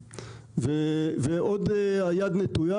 ועוד היד נטויה.